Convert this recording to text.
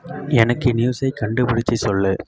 எனக்கு நியூஸை கண்டுபிடித்து சொல்லு